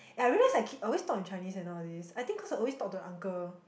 I realised I keep I always talk in Chinese eh nowadays I think cause I always talk to the uncle